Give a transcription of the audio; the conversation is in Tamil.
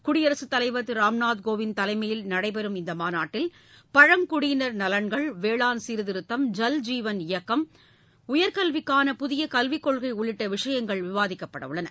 குடியரசுத் தலைவர் திரு ராம்நாத் கோவிந்த் தலைமையில் நடைபெறும் இந்த மாநாட்டில் பழங்குடியினர் நலன்கள் வேளாண் சீர்திருத்தம் ஜல் ஜீவன் இயக்கம் உயர்கல்விக்கான புதிய கல்விக்கொள்கை உள்ளிட்ட விஷயங்கள் விவாதிக்கப்படவுள்ளன